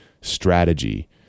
strategy